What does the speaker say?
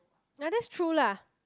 ya that's true lah